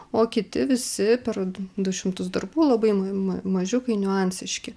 o kiti visi per du šimtus darbų labai m m mažiukai niuansiški